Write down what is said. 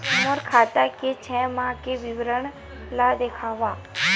मोर खाता के छः माह के विवरण ल दिखाव?